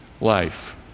life